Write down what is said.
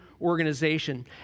Organization